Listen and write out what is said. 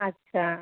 अच्छा